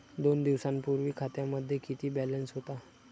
दोन दिवसांपूर्वी खात्यामध्ये किती बॅलन्स होता?